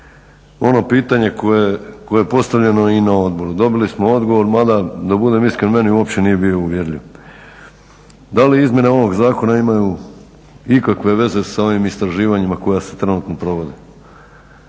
ono pitanje koje je postavljeno i na odboru, dobili smo odgovor mada da budem iskren meni uopće nije bio uvjerljiv. Da li izmjene ovog zakona imaju ikakve veze sa ovim istraživanjima koja se trenutno provode?